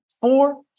Four